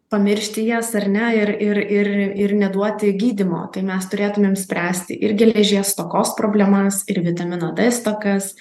pamiršti jas ar ne ir ir ir ir neduoti gydymo tai mes turėtumėm spręsti ir geležies stokos problemas ir vitamino d stokas